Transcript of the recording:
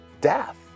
death